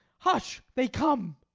hush, they come!